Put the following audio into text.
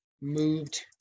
moved